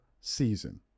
season